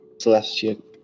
celestial